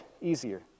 easier